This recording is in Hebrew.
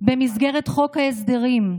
במסגרת חוק ההסדרים.